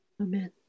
Amen